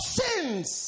sins